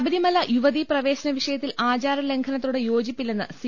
ശബരിമല യുവതീ പ്രവേശന വിഷയത്തിൽ ആചാര ലംഘ നത്തോട് യോജിപ്പില്ലെന്ന് സി